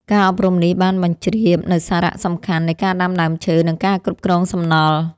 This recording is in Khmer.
ការអប់រំនេះបានបញ្ជ្រាបនូវសារៈសំខាន់នៃការដាំដើមឈើ និងការគ្រប់គ្រងសំណល់។